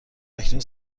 اکنون